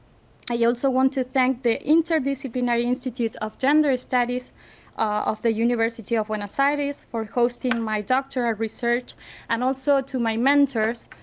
i also want to thank the interdisciplinary institute of gender status of the university of buenos aires for hosting my doctorate of research and also to my mentors,